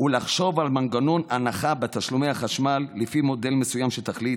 ותחשוב על מנגנון הנחה בתשלומי החשמל לפי מודל מסוים שתחליט,